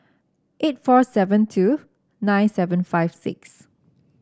eight four seven two nine seven five six